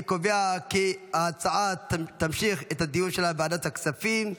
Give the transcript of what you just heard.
אני קובע כי הדיון בהצעה לסדר-היום יימשך בוועדת הכספים.